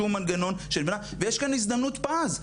שום מנגנון ויש כאן הזדמנות פז,